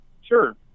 Sure